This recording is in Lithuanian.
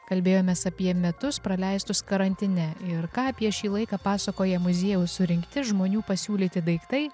kalbėjomės apie metus praleistus karantine ir ką apie šį laiką pasakoja muziejaus surinkti žmonių pasiūlyti daiktai